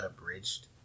abridged